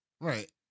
Right